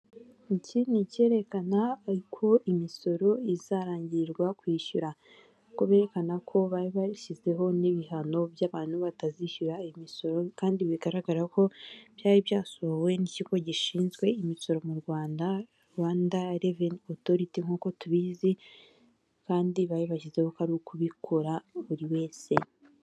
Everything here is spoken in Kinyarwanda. Iki ni ikerekana uko imisoro izarangirirwa kwishyura kuko berekana ko bashyizezweho n'ibihano by'abantu batazishyura imisoro, kandi bigaragara ko byari byasohowe n'ikigo gishinzwe imisoro mu Rwanda, Rwanda reveni otoriti, nk'uko tubizi kandi babibashyizeho ko ari ukubikora buri wese.